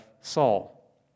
Saul